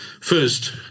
first